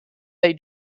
they